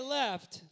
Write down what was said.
left